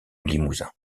limousin